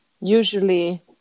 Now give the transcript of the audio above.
Usually